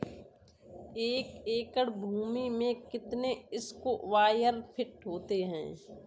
एक एकड़ भूमि में कितने स्क्वायर फिट होते हैं?